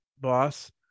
boss